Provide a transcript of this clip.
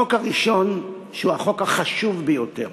החוק הראשון שהוא החוק החשוב ביותר,